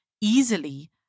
easily